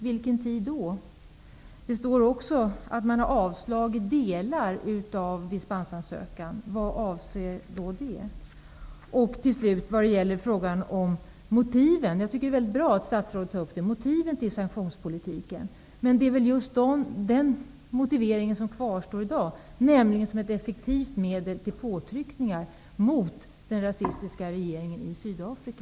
Vilken tid då? Det står också att man har avslagit delar av dispensansökan. Vad avser det? Till slut något om motiven. Jag tycker att det är mycket bra att statsrådet tar upp motiven till sanktionspolitiken. Men det är väl just den motiveringen som kvarstår i dag, nämligen som ett effektivt medel till påtryckningar mot den rasistiska regeringen i Sydafrika?